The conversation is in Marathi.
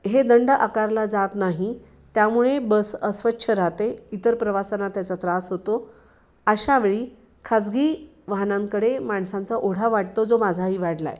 हे दंड आकारला जात नाही त्यामुळे बस अस्वच्छ राहते इतर प्रवाशांना त्याचा त्रास होतो अशा वेळी खाजगी वाहनांकडे माणसांचा ओढा वाटतो जो माझा ही वाढला आहे